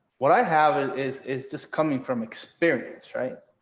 what i have and is is just coming from experience right?